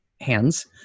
hands